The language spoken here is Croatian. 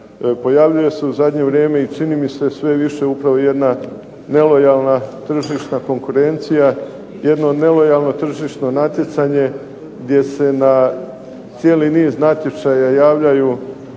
Pojavljuje se u zadnje vrijeme i čini mi se sve više upravo jedna nelojalna tržišna konkurencija, jedna nelojalno tržišno natjecanje, gdje se na cijeli niz natječaja javljaju